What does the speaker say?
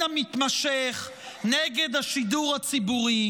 נגד השידור הציבורי.